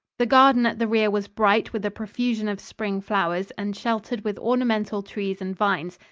the garden at the rear was bright with a profusion of spring flowers and sheltered with ornamental trees and vines.